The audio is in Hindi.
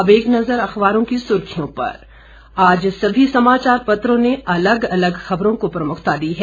अब एक नजर अखबारों की सुर्खियों पर आज सभी समाचार पत्रों ने अलग अलग खबरों को प्रमुखता दी है